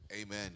Amen